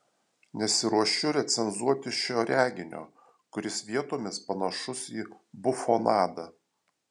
nesiruošiu recenzuoti šio reginio kuris vietomis panašus į bufonadą